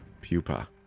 Pupa